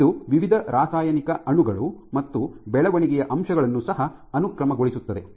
ಇದು ವಿವಿಧ ರಾಸಾಯನಿಕ ಅಣುಗಳು ಮತ್ತು ಬೆಳವಣಿಗೆಯ ಅಂಶಗಳನ್ನು ಸಹ ಅನುಕ್ರಮಗೊಳಿಸುತ್ತದೆ